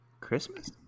Christmas